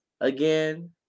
again